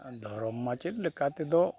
ᱫᱷᱚᱨᱚᱢ ᱢᱟᱪᱮᱫ ᱞᱮᱠᱟ ᱛᱮᱫᱚ